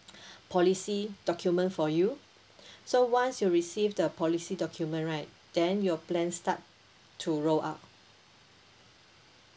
policy document for you so once you receive the policy document right then your plan start to roll up